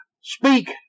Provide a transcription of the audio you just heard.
speak